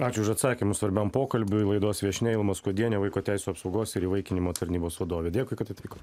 ačiū už atsakymus svarbiam pokalbiui laidos viešnia ilma skuodienė vaiko teisių apsaugos ir įvaikinimo tarnybos vadovė dėkui kad atvykot